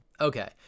okay